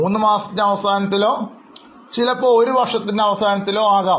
3മാസത്തിന്റെ അവസാനത്തിലോ ചിലപ്പോൾ ഒരു വർഷത്തിന് അവസാനത്തിലോ ആകാം